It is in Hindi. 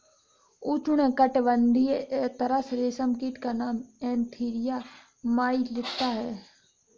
उष्णकटिबंधीय तसर रेशम कीट का नाम एन्थीरिया माइलिट्टा है